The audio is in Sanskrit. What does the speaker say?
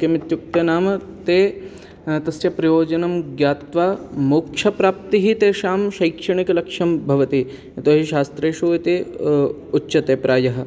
किम् इत्युक्ते नाम ते तस्य प्रयोजनं ज्ञात्वा मोक्षप्राप्तिः तेषां शैक्षणिकलक्ष्यं भवति यतोहि शास्त्रेषु इति उ उच्यते प्रायः